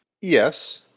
Yes